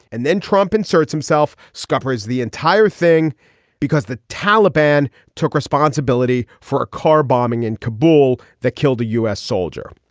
and then trump inserts himself scupper is the entire thing because the taliban took responsibility for a car bombing in kabul the killed a u s. soldier.